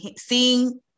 seeing